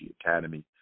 Academy